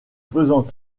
faisant